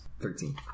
Thirteen